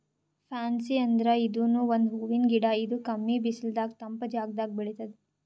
fancy ಅಂದ್ರ ಇದೂನು ಒಂದ್ ಹೂವಿನ್ ಗಿಡ ಇದು ಕಮ್ಮಿ ಬಿಸಲದಾಗ್ ತಂಪ್ ಜಾಗದಾಗ್ ಬೆಳಿತದ್